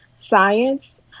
science